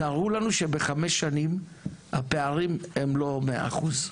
תראו לנו שבחמש שנים הפערים הם לא מאה אחוז.